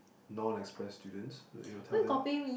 non express students you know tell them